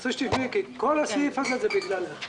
רוצה שתקשיבי כי כל הסעיף הזה הוא בגללך.